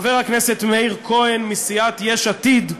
חבר הכנסת מאיר כהן מסיעת יש עתיד,